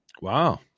wow